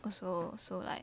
also so like